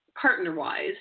partner-wise